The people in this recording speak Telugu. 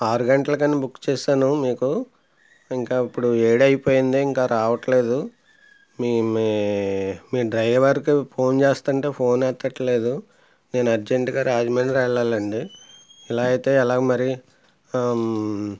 ఆరు గంటలకని బుక్ చేసాను మీకు ఇంకా ఇప్పుడు ఏడైపోయింది ఇంకా రావట్లేదు మీ మీ మీ డ్రైవర్కి ఫోన్ చేస్తుంటే ఫోన్ ఎత్తట్లేదు నేను అర్జెంటుగా రాజమండ్రి వెళ్ళాలండి ఇలా అయితే ఎలాగ మరి